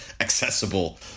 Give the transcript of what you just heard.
accessible